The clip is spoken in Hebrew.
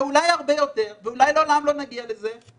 ואולי הרבה יותר, ואולי לעולם לא נגיע לזה,